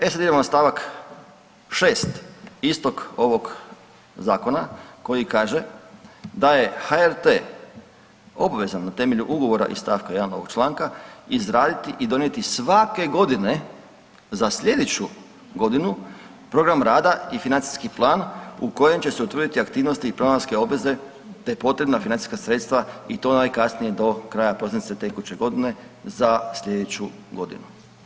E sad idemo na stavak 6. istog ovog zakona koji kaže da je HRT obvezan na temelju ugovora iz stavka 1. ovog članka izraditi i donijeti svake godine za slijedeću godinu program rada i financijski plan u kojem će se utvrditi aktivnosti i programske obveze te potrebna financijska sredstva i to najkasnije do kraja prosinca tekuće godine za slijedeću godinu.